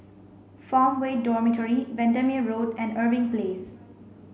Farmway Dormitory Bendemeer Road and Irving Place